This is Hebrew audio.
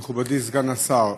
מכובדי סגן השר,